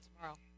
tomorrow